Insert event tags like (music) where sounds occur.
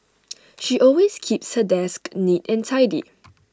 (noise) she always keeps her desk neat and tidy (noise)